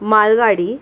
मालगाडी